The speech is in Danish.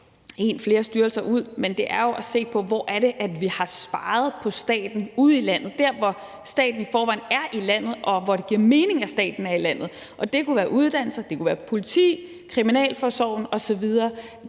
flere styrelser ud, men at se på, hvor vi har sparet på staten ude i landet, altså der, hvor staten i forvejen er ude i landet, og hvor det giver mening at staten er. Det kunne være uddannelse, det kunne være politi, kriminalforsorgen osv.